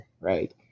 right